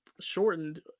shortened